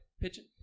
pigeon